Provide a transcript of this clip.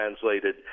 translated